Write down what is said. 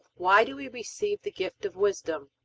why do we receive the gift of wisdom?